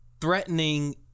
threatening